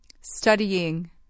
Studying